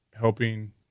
helping